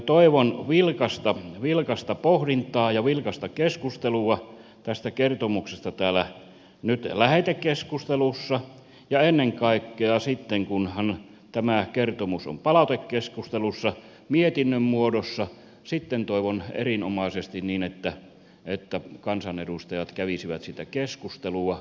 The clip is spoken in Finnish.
toivon vilkasta pohdintaa ja vilkasta keskustelua tästä kertomuksesta nyt täällä lähetekeskustelussa ja ennen kaikkea sitten kunhan tämä kertomus on palautekeskustelussa mietinnön muodossa toivon erinomaisesti että kansanedustajat kävisivät siitä keskustelua